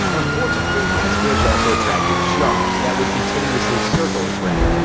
unfortunately, these fish also attracted sharks that would continuously circle his raft.